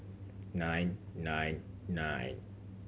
nine nine nine